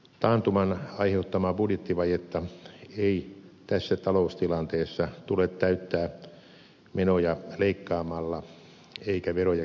taantuman aiheuttamaa budjettivajetta ei tässä taloustilanteessa tule täyttää menoja leikkaamalla eikä veroja kiristämällä